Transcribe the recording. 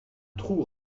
trou